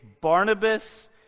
Barnabas